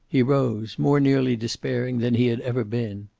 he rose, more nearly despairing than he had ever been.